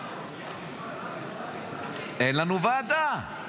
אין לנו ועדה.